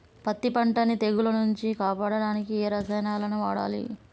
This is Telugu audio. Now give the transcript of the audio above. పత్తి పంటని తెగుల నుంచి కాపాడడానికి ఏ రసాయనాలను వాడాలి?